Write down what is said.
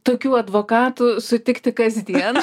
tokių advokatų sutikti kasdien